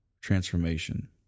transformation